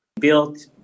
built